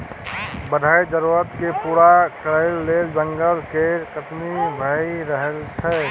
बढ़ैत जरुरत केँ पूरा करइ लेल जंगल केर कटनी भए रहल छै